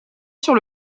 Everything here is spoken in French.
sur